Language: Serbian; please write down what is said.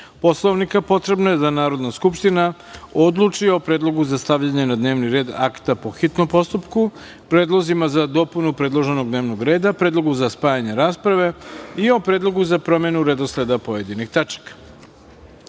Poslovnika, potrebno je da Narodna skupština odluči o predlogu za stavljanje na dnevni red akta po hitnom postupku, predlozima za dopunu predloženog dnevnog reda, predlogu za spajanje rasprave i o predlogu za promenu redosleda pojedinih tačaka. Vlada